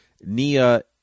nia